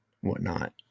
whatnot